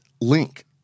link